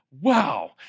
Wow